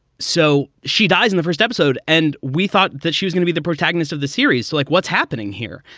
so she dies in the first episode. and we thought that she was gonna be the protagonist of the series. so like what's happening here?